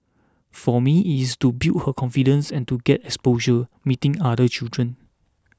for me it's to build her confidence and to get exposure meeting other children